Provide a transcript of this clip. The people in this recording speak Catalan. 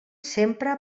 sempre